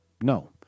No